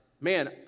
man